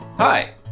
Hi